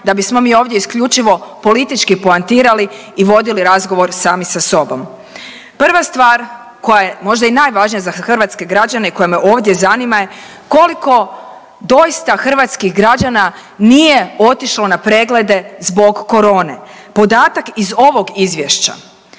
da bismo mi ovdje isključivo politički poentirali i vodili razgovor sami sa sobom. Prva stvar koja je možda i najvažnija za hrvatske građene i koje me ovdje zanima je koliko doista hrvatskih građana nije otišlo na preglede zbog korone? Podatak iz ovog izvješća